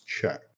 check